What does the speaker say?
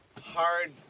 hard